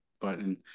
button